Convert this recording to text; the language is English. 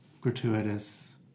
gratuitous